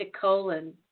colon